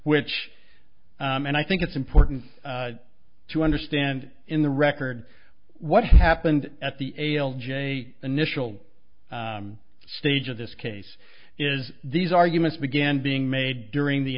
which and i think it's important to understand in the record what happened at the a l j initial stage of this case is these arguments began being made during the